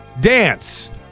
dance